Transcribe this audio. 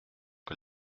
que